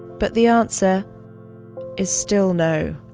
but the answer is still no